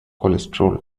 cholesterol